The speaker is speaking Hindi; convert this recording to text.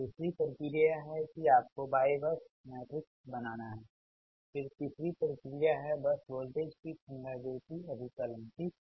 तोदूसरी प्रक्रिया है कि आपको Y बस मैट्रिक्स बनाना है फिर तीसरी प्रक्रिया है बस वोल्टेज कि पुनरावृत्ति अभिकलन ठीक